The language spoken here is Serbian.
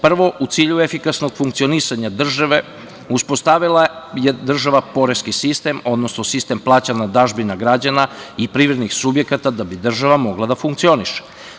Prvo, u cilju efikasnog funkcionisanja države, uspostavila je država poreski sistem, odnosno sistem plaćanja dažbina građana i privrednih subjekata da bi država mogla da funkcioniše.